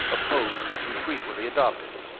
a pose which he frequently adopted.